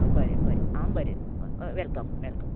आं बरें बरें आं बरें वेलकम वेलकम